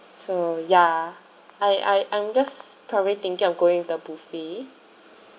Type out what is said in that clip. so ya I I I'm just probably thinking of going with the buffet